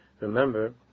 Remember